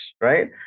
right